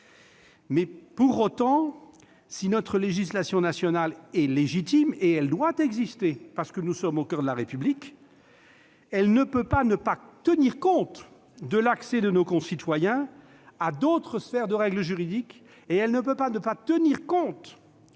Pour autant, si notre législation nationale est légitime, et elle doit exister, parce que nous sommes au coeur de la République, elle ne peut pas ne pas tenir compte de l'accès de nos concitoyens à d'autres sphères de règles juridiques ni à des réalités que